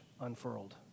unfurled